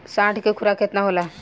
साढ़ के खुराक केतना होला?